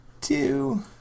Two